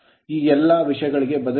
ಈ ಎಲ್ಲಾ ವಿಷಯಗಳಿಗೆ ಬದಲಿ ಮಾಡಿದರೆ